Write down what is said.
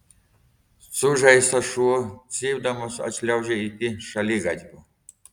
sužeistas šuo cypdamas atšliaužė iki šaligatvio